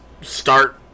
start